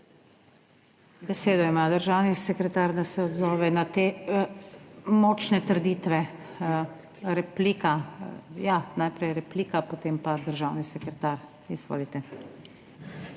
Besedo ima državni sekretar, da se odzove na te močne trditve. Replika? Najprej replika, potem pa državni sekretar. Izvolite.